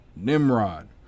Nimrod